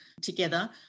together